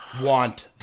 want